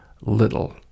little